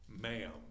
ma'am